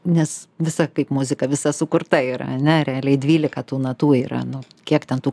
nes visa kaip muzika visa sukurta yra ane realiai dvylika tų natų yra nu kiek ten tų